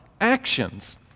actions